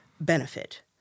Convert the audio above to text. benefit